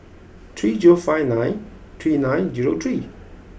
three zero five nine three nine zero three